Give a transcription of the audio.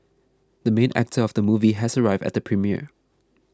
the main actor of the movie has arrived at the premiere